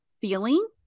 feeling